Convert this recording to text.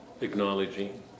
acknowledging